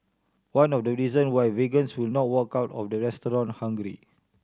one of the reason why vegans will not walk out of the restaurant hungry